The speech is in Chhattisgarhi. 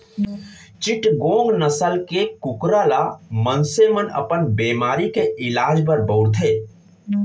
चिटगोंग नसल के कुकरा ल मनसे मन अपन बेमारी के इलाज बर बउरथे